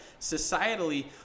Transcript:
societally